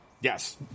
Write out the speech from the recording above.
Yes